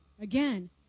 again